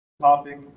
topic